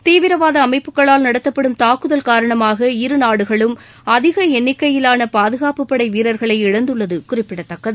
தீவிரவாத அமைப்புகளால் நடத்தப்படும் தாக்குதல் காரணமாக இருநாடுகளும் அதிக எண்ணிக்கையிலான பாதுகாப்புப்படை வீரர்களை இழந்துள்ளது குறிப்பிடத்தக்கது